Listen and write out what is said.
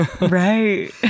Right